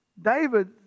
David